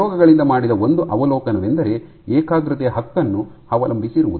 ಪ್ರಯೋಗಗಳಿಂದ ಮಾಡಿದ ಒಂದು ಅವಲೋಕನವೆಂದರೆ ಏಕಾಗ್ರತೆಯ ಹಕ್ಕನ್ನು ಅವಲಂಬಿಸಿರುವುದು